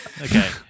Okay